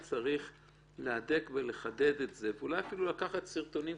שמופיע באתר הוועדה.